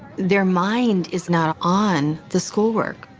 their mind is now on the schoolwork.